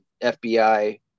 FBI